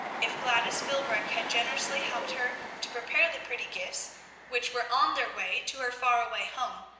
if gladys philbrick had generously helped her to prepare the pretty gifts which were on their way to her far-away home,